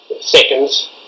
seconds